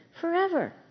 forever